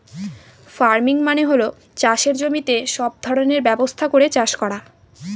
farming মানে হল চাষের জমিতে সব ব্যবস্থা করে চাষ করা